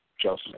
Joseph